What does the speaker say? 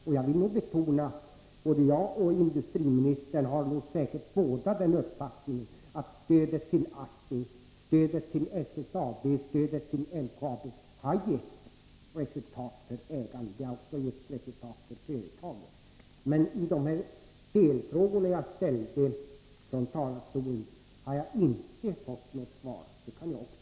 Både jag och politiska åtgärder i industriministern har säkert den uppfattningen att stödet till ASSI, SSAB Norrbotten och LKAB har gett resultat för ägaren, och absolut för företaget, men jag kan konstatera att jag inte har fått något svar på mina delfrågor.